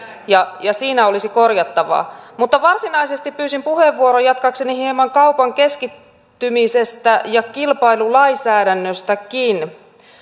ja siinä olisi korjattavaa mutta varsinaisesti pyysin puheenvuoron jatkaakseni hieman kaupan keskittymisestä ja kilpailulainsäädännöstäkin